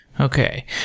Okay